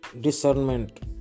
discernment